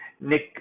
Nick